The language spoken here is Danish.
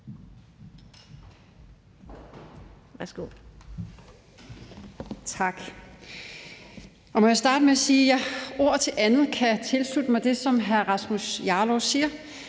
Må jeg starte med at sige, at jeg ord til andet kan tilslutte mig det, som hr. Rasmus Jarlov siger.